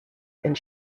and